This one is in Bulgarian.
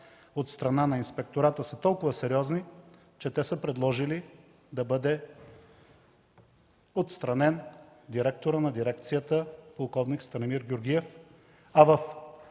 от страна на Инспектората са толкова сериозни, че те са предложили да бъде отстранен директорът на дирекцията полк. Станимир Георгиев, а в